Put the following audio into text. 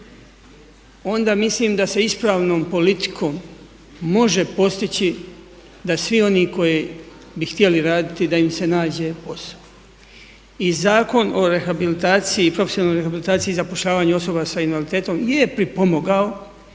onda mislim da se ispravnom politikom može postići da svi oni koji bi htjeli raditi da im se nađe posao. I Zakon o rehabilitaciji, profesionalnoj rehabilitaciji i zapošljavanju osoba sa invaliditetom je pripomogao